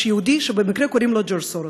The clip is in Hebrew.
איש יהודי שבמקרה קוראים לו ג'ורג' סורוס.